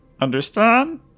understand